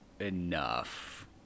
enough